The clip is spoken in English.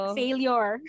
failure